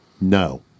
No